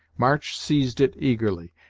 march seized it eagerly,